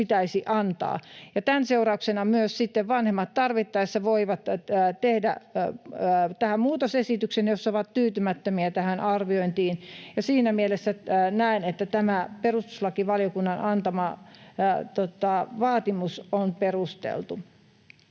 pitäisi antaa, ja tämän seurauksena myös sitten vanhemmat tarvittaessa voivat tehdä muutosesityksen, jos he ovat tyytymättömiä tähän arviointiin, ja siinä mielessä näen, että tämä perustuslakivaliokunnan antama vaatimus on perusteltu.